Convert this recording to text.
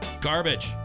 garbage